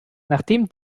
nachdem